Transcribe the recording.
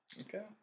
Okay